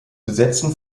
besetzen